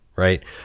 right